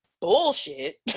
bullshit